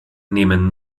nehmen